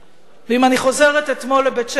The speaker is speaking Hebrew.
ואם אני חוזרת לאתמול בבית-שמש,